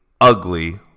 ugly